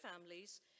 families